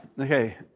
okay